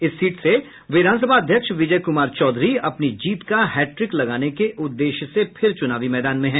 इस सीट से विधान सभा अध्यक्ष विजय कुमार चौधरी अपनी जीत का हैट्रिक लगाने के उद्देश्य से फिर चुनावी मैदान में हैं